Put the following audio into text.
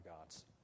gods